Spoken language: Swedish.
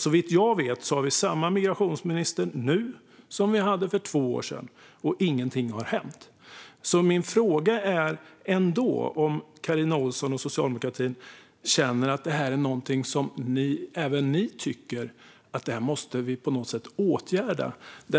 Såvitt jag vet har vi samma migrationsminister nu som vi hade för två år sedan, och ingenting har hänt. Min fråga är ändå: Känner även du, Carina Ohlsson, och socialdemokratin att detta är något som vi på något sätt måste åtgärda?